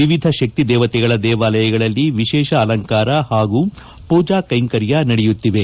ವಿವಿಧ ಶಕ್ತಿ ದೇವತೆಗಳ ದೇವಾಲಯಗಳಲ್ಲಿ ವಿಶೇಷ ಅಲಂಕಾರ ಹಾಗೂ ಪೂಜಾ ಕೈಂಕರ್ಯ ನಡೆಯುತ್ತಿವೆ